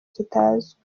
kitazwi